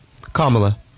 Kamala